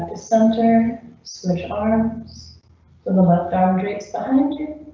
centre switch arms for the left-arm drinks behind